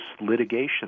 litigation